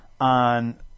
on